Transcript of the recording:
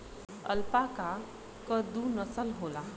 alpaca क दू नसल होला